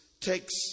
takes